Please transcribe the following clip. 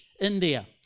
India